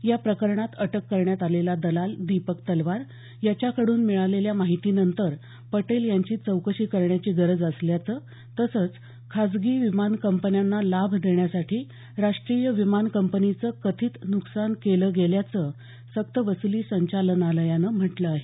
या प्रकरणात अटक करण्यात आलेला दलाल दीपक तलवार याच्या कडून मिळालेल्या माहितीनंतर पटेल यांची चौकशी करण्याची गरज असल्याचं तसंच खाजगी विमान कंपन्यांना लाभ देण्यासाठी राष्ट्रीय विमान कंपनीचं कथित नुकसान केलं गेल्याचं सक्त वसुली संचालनालयानं म्हटलं आहे